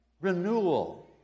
renewal